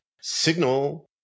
Signal